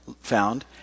found